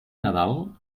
nadal